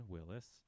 Willis